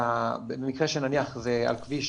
ובמקרה שנניח זה על כביש